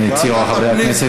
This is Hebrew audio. ועדת הפנים, הציעו חברי הכנסת.